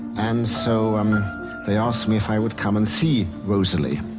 and so um they asked me if i would come and see rosalie.